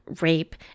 rape